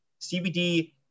CBD